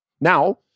Now